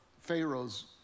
Pharaoh's